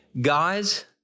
guys